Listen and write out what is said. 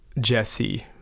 Jesse